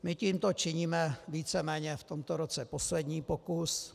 My tímto činíme víceméně v tomto roce poslední pokus.